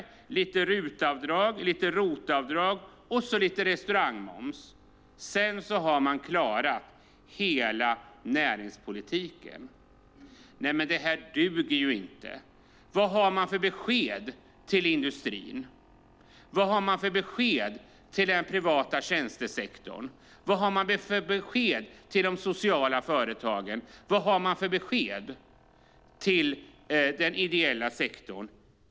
Det är lite RUT-avdrag, lite ROT-avdrag och så lite restaurangmoms. Sedan har man klarat hela näringspolitiken. Det duger inte! Vad har man för besked till industrin, den privata tjänstesektorn, de sociala företagen och den ideella sektorn?